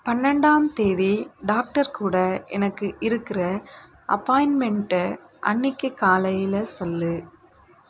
பன்னெண்டாம் தேதி டாக்டர் கூட எனக்கு இருக்கிற அப்பாயின்மெண்ட்டை அன்னைக்கு காலையில் சொல்